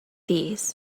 these